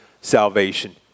salvation